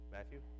Matthew